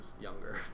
younger